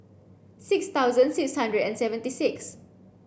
six thousand six hundred and seventy six